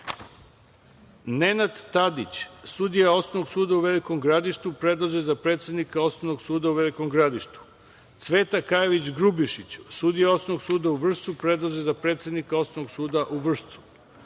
Nenad Tadić sudija Osnovnog suda u Velikom Gradištu, predložen za predsednika Osnovnog suda u Velikom Gradištu; Cveta Kajević Grubješić sudija Osnovnog suda u Vršcu, predložena za predsednika Osnovnog suda u Vršcu;